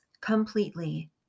completely